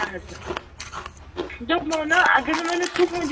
نہَ حظ نہَ دوٚپمو نا اگر نہٕ وۅنۍ یہِ تُہُنٛد